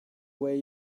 way